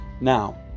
Now